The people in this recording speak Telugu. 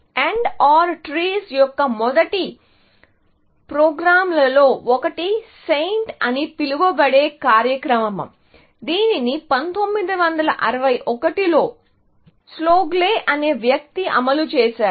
AND OR ట్రీస్ యొక్క మొదటి ప్రోగ్రామ్లలో ఒకటి SAINT అని పిలువబడే కార్యక్రమం దీనిని 1961 లో స్లాగ్లే అనే వ్యక్తి అమలు చేశాడు